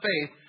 faith